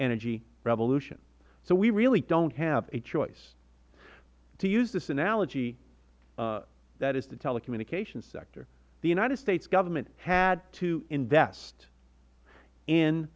energy revolution so we really don't have a choice to use this analogy that is the telecommunications sector the united states government had to invest in